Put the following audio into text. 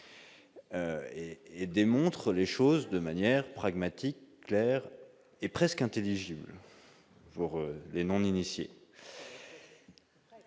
et démontre les choses de manière pragmatique, Claire et presque intelligible pour les non-initiés